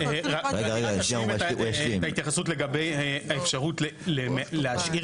רק אשלים את ההתייחסות לגבי האפשרות להשאיר